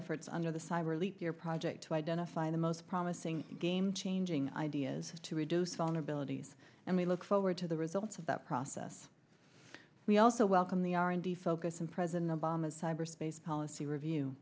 efforts under the cyber leap year project to identify the most promising game changing ideas to reduce vulnerabilities and we look forward to the results of that process we also welcome the r and d focus in president obama's cyberspace policy